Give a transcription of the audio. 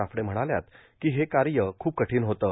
नाफडे म्हणाल्यात की हे कार्य खूप कठीण होतं